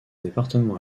département